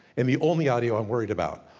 and the only audio i'm worried about.